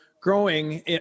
growing